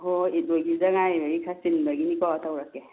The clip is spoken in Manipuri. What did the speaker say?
ꯍꯣꯏ ꯍꯣꯏ ꯏꯠ ꯂꯣꯏꯈꯤꯕꯇ ꯉꯥꯏꯔꯤꯕꯒꯤ ꯈꯔ ꯆꯤꯟꯕꯒꯤꯅꯤꯀꯣ ꯇꯧꯔꯛꯀꯦ